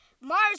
Mars